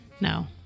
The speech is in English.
No